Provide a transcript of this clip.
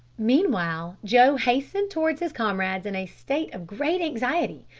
meanwhile joe hastened towards his comrades in a state of great anxiety,